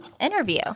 interview